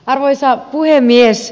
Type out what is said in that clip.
arvoisa puhemies